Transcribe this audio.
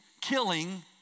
killing